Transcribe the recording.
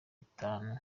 itanu